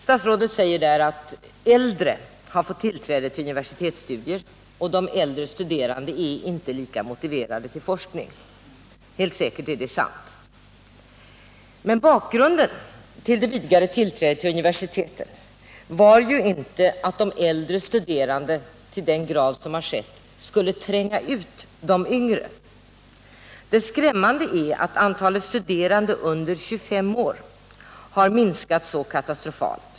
Statsrådet säger i intervjun att äldre har fått tillträde till universitetsstudier och att de äldre inte är lika motiverade till forskning. Helt säkert är det sant. Men bakgrunden till det vidgade tillträdet till universiteten var ju inte att de äldrestuderande till den grad som har skett skulle tränga ut de unga. Det skrämmande är att antalet studerande under 25 år har minskat så katastrofalt.